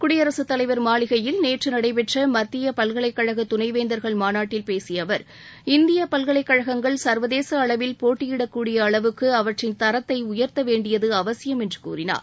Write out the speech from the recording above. குடியரசுத் தலைவர் மாளிகையில் நேற்று நடைபெற்ற மத்திய பல்கலைக்கழக துணை வேந்தர்கள் மாநாட்டில் பேசிய அவர் இந்திய பல்கலைக்கழகங்கள் சர்வதேச அளவில் போட்டியிடக்கூடிய அளவுக்கு அவற்றின் தரத்தை உயர்த்த வேண்டியது அவசியம் என்று கூறினார்